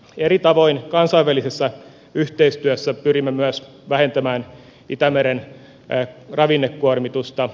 eri tavoin kansainvälisessä yhteistyössä pyrimme myös vähentämään itämeren ravinnekuormitusta